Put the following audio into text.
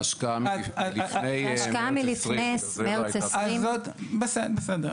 זו השקעה מלפני מרץ 2020. בסדר.